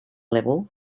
level